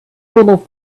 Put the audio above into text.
little